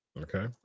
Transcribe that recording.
okay